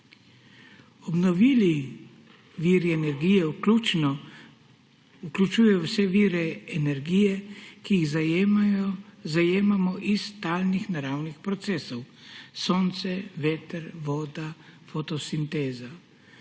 Obnovljivi viri energije vključujejo vse vire energije, ki jih zajemamo iz talnih naravnih procesov, sonce, veter, voda, fotosinteza.